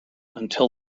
until